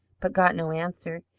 but got no answer.